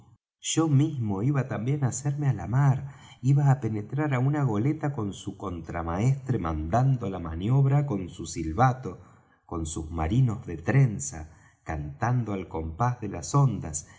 yo mismo iba también á hacerme á la mar iba á penetrar á una goleta con su contramaestre mandando la maniobra con su silbato con sus marinos de trenza cantando al compás de las ondas